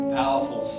powerful